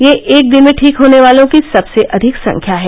यह एक दिन में ठीक होने वालों की सबसे अधिक संख्या है